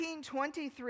1923